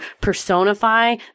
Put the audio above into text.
personify